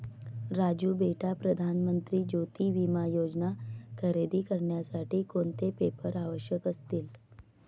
राजू बेटा प्रधान मंत्री ज्योती विमा योजना खरेदी करण्यासाठी कोणते पेपर आवश्यक असतील?